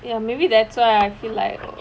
ya maybe that's why I feel like